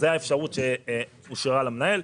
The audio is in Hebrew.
זו האשפרות שאושרה למנהל.